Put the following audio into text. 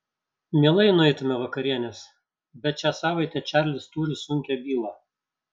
mielai nueitumėme vakarienės bet šią savaitę čarlis turi sunkią bylą